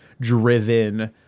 driven